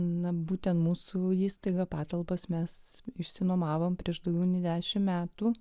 na būtent mūsų įstaiga patalpas mes išsinuomojome prieš daugiau nei dešimt metų